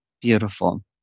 Beautiful